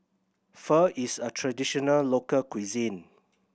pho is a traditional local cuisine